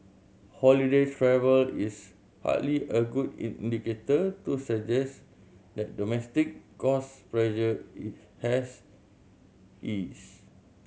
holiday travel is hardly a good indicator to suggest that domestic cost pressure has eased